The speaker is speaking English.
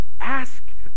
Ask